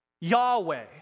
Yahweh